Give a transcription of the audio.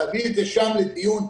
להביא לדיון,